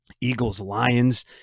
Eagles-Lions